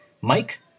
Mike